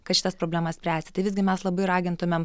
kad šitas problemas spręsti tai visgi mes labai ragintumėm